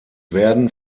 werden